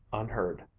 unheard,